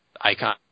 icon